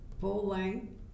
full-length